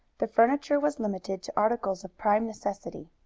the furniture was limited to articles of prime necessity.